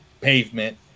pavement